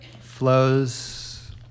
flows